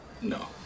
No